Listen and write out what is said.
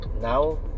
now